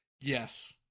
Yes